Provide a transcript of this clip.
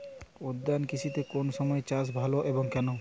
উদ্যান কৃষিতে কোন সময় চাষ ভালো হয় এবং কেনো?